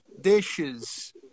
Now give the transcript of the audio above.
dishes